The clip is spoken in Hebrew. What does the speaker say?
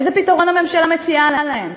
איזה פתרון הממשלה מציעה להם?